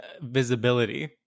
visibility